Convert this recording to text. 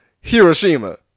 Hiroshima